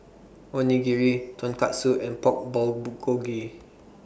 Onigiri Tonkatsu and Pork